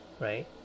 right